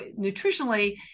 nutritionally